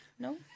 no